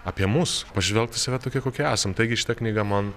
apie mus pažvelgt į save tokie kokie esam taigi šita knyga man